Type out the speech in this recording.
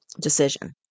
decision